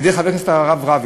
על-ידי חבר הכנסת הרב רביץ.